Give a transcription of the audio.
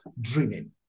dreaming